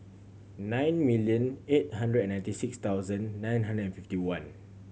nine million eight hundred and ninety six thousand nine hundred and fifty one